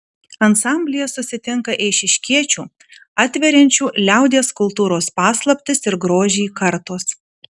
ansamblyje susitinka eišiškiečių atveriančių liaudies kultūros paslaptis ir grožį kartos